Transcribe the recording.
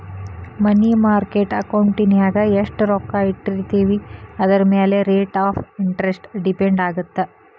ಮನಿ market ಅಕೌಂಟಿನ್ಯಾಗ ಎಷ್ಟ್ ರೊಕ್ಕ ಇಟ್ಟಿರ್ತೇವಿ ಅದರಮ್ಯಾಲೆ ರೇಟ್ ಆಫ್ ಇಂಟರೆಸ್ಟ್ ಡಿಪೆಂಡ್ ಆಗತ್ತ